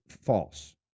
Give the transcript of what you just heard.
false